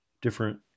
different